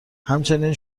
همچنین